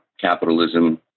capitalism